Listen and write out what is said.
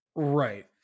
right